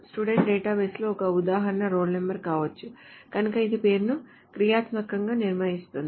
student డేటాబేస్లో ఒక ఉదాహరణ రోల్ నంబర్ కావచ్చు కనుక ఇది పేరును క్రియాత్మకంగా నిర్ణయిస్తుంది